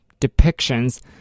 depictions